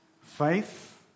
Faith